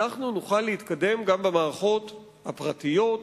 אנחנו נוכל להתקדם גם במערכות הפרטיות,